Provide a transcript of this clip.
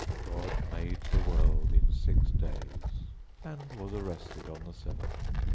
god made the world in six days and was arrested on the seventh.